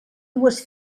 dues